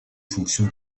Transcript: fonction